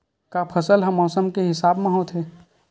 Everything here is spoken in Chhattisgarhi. का फसल ह मौसम के हिसाब म होथे?